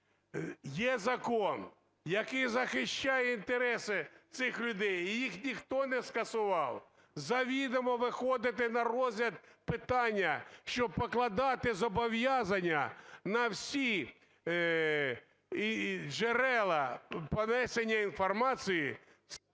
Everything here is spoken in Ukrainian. є закон, який захищає інтереси цих людей, і їх ніхто не скасував, завідомо виходити на розгляд питання, щоб покладати зобов'язання на всі джерела донесення інформації… ГОЛОВУЮЧИЙ.